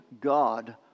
God